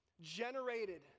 generated